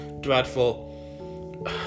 dreadful